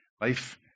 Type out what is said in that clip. Life